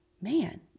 man